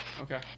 Okay